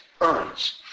earns